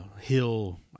hill